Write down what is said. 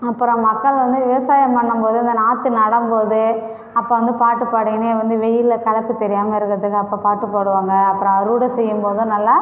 அப்புறம் மக்கள் வந்து விவசாயம் பண்ணும் போது இந்த நாற்று நடும் போது அப்போ வந்து பாட்டு பாடிக்கினே வந்து வெயிலில் களைப்பு தெரியாமல் இருக்கிறதுக்கு அப்போ பாட்டு பாடுவாங்கள் அப்புறம் அறுவடை செய்யும் போது நல்லா